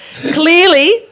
Clearly